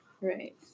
Right